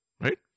right